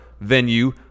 venue